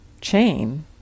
chain